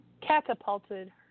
catapulted